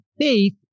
faith